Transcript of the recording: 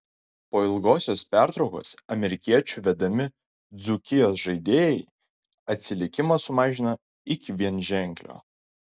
po ilgosios pertraukos amerikiečių vedami dzūkijos žaidėjai atsilikimą sumažino iki vienženklio